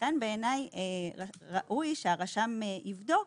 לכן בעיניי ראוי שהרשם יבדוק,